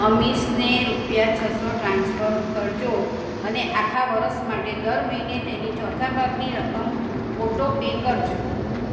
અમીશને રૂપિયા છસો ટ્રાન્સફર કરજો અને આખા વર્ષ માટે દર મહિને તેની ચોથા ભાગની રકમ ઓટો પે કરજો